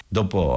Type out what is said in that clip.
dopo